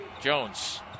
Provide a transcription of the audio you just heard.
Jones